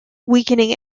weakening